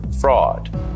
fraud